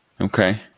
Okay